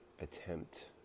attempt